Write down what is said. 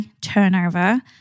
turnover